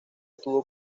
tuvo